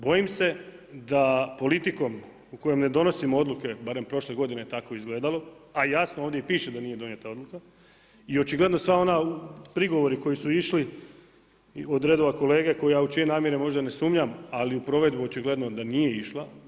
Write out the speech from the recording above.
Bojim se da politikom u kojoj ne donosimo odluke, barem prošle godine je tako izgledalo, a jasno ovdje i piše da nije donijeta odluka i očigledno svi oni prigovori koji su išli od redova kolege u čije namjere možda ne sumnjam, ali u provedbu očigledno da nije išla.